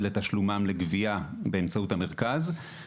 לתשלומם לגבייה באמצעות המרכז לגביית קנסות,